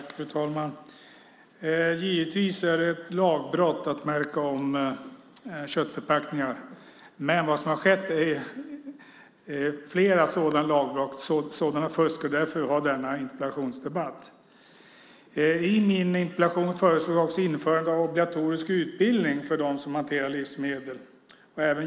Fru talman! Givetvis är det ett lagbrott att märka om köttförpackningar. Vad som har skett är dock flera sådana lagbrott och sådant fusk, och därför har vi denna interpellationsdebatt. I min interpellation föreslog jag också införande av obligatorisk utbildning för dem som hanterar livsmedel.